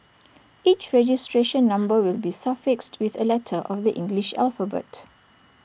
each registration number will be suffixed with A letter of the English alphabet